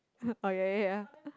oh ya ya ya